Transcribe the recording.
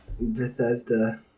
Bethesda